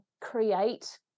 create